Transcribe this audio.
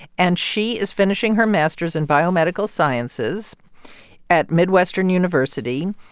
and she is finishing her master's in biomedical sciences at midwestern university.